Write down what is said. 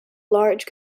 large